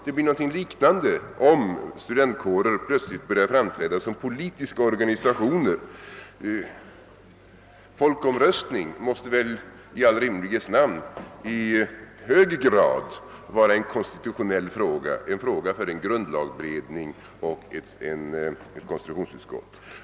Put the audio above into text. Det blir något liknande om studentkårer plötsligt börjar framträda som politiska organisationer. Frågan om folkomröstning måste väl i all rimlighets namn vara i hög grad konstitutionell. Det måste vara en fråga för grundlagberedningen och för ett konstitutionsutskott.